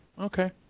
Okay